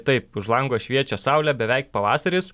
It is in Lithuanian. taip už lango šviečia saulė beveik pavasaris